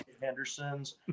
Henderson's